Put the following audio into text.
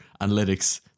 analytics